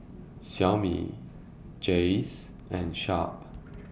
Xiaomi Jays and Sharp